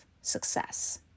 success